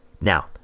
Now